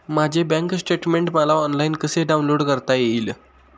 माझे bank statement मला online कसे डाउनलोड करता येईल?